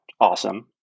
Awesome